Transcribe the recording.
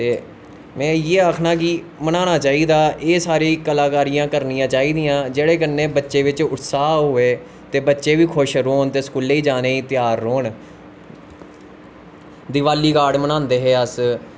ते में इयै आखना कि बनाना चाही दा एह् सारियां कलाकारियां करनी चाही दियां जेह्दे कन्नै बच्चे बिच्च उत्साह् होऐ तो बच्चे बी खुश रौह्न ते स्कूले गी जाने गी खुश रौह्न दिवाली कार्ड बनांदे हे अस